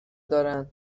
دارن